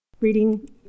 Reading